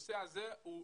הנושא הזה הוא